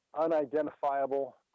unidentifiable